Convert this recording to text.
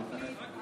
תעלה גם אתה.